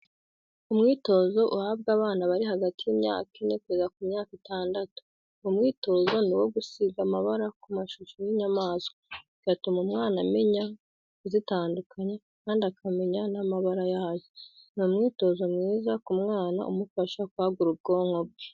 umwitozo uhabwa abana bari hagati y'imyaka ine kugera ku myaka itandatu, uwo mwitozo ni uwo gusiga amabara ku mashusho y'inyamaswa, bigatuma umwana amenya kuzitandukanya kandi akamenya n'amabara yazo. Ni umwitozo mwiza ku mwana umufasha kwagura ubwonko bwe.